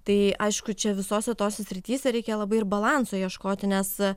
tai aišku čia visose tose srityse reikia labai ir balanso ieškoti nes